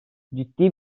ciddi